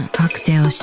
cocktail